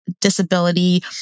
disability